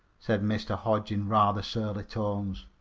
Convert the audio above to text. said mr. hodge in rather surly tones.